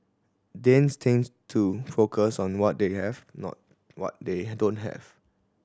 Danes tend to focus on what they have not what they don't have